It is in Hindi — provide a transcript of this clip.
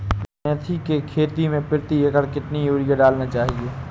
मेथी के खेती में प्रति एकड़ कितनी यूरिया डालना चाहिए?